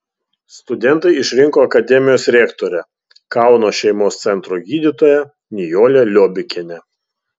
studentai išrinko akademijos rektorę kauno šeimos centro gydytoją nijolę liobikienę